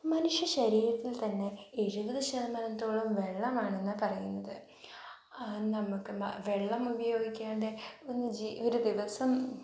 മനുഷ്യ ശരീരത്തിൽ തന്നെ എഴുപത് ശതമാനത്തോളം വെള്ളമാണെന്നാണ് പറയുന്നത് അത് നമുക്ക് വെള്ളം ഉപയോഗിക്കാതെ ഒന്നു ഒരു ദിവസം